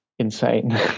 Insane